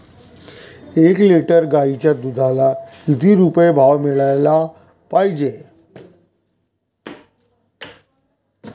एक लिटर गाईच्या दुधाला किती रुपये भाव मिळायले पाहिजे?